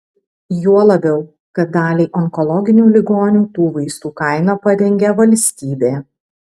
juo labiau kad daliai onkologinių ligonių tų vaistų kainą padengia valstybė